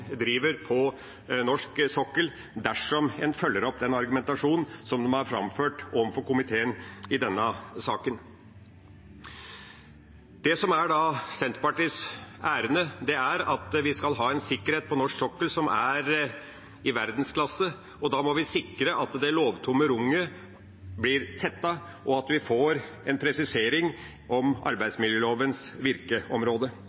driver på norsk sokkel, dersom en følger opp argumentasjonen de har framført overfor komiteen i denne saken. Det som da er Senterpartiets ærend, er at vi skal ha en sikkerhet på norsk sokkel som er i verdensklasse. Da må vi sikre at det lovtomme rommet blir tettet, og at vi får en presisering om